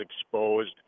exposed